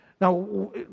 Now